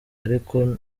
ariko